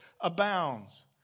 abounds